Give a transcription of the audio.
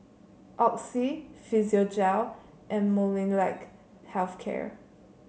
Oxy Physiogel and Molnylcke Health Care